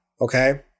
Okay